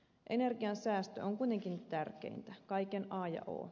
energiansäästö on kuitenkin tärkeintä kaiken a ja o